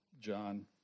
John